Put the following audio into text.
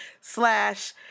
slash